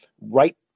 right